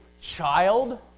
child